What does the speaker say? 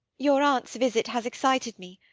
your aunt's visit has excited me.